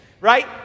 right